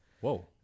Whoa